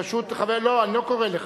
פשוט, לא, אני לא קורא לך.